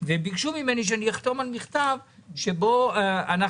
וביקשו ממני שאני אחתום על מכתב שבו אנחנו